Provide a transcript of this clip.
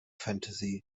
fantasy